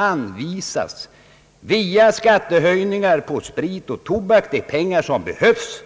— »an visas via skattehöjningar på sprit och tobak de pengar som behövs,